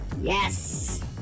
Yes